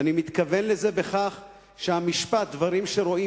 ואני מתכוון לזה שהמשפט "דברים שרואים